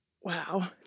wow